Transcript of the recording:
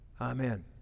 Amen